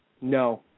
No